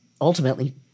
ultimately